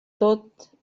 tot